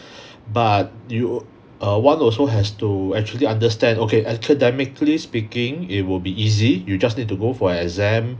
but you uh one also has to actually understand okay academically speaking it will be easy you just need to go for your exam